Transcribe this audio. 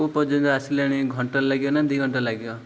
କେଉଁ ପର୍ଯ୍ୟନ୍ତ ଆସିଲାଣି ଘଣ୍ଟା ଲାଗିବ ନା ଦୁଇ ଘଣ୍ଟା ଲାଗିବ